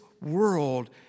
world